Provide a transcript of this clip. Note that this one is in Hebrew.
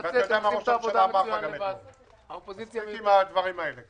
שר האוצר מבקש ממני שזה יהיה